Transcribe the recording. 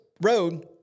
road